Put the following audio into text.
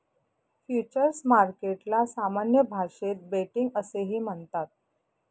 futures मार्केटला सामान्य भाषेत बेटिंग असेही म्हणतात